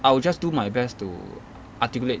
I will just do my best to articulate